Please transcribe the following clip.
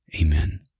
Amen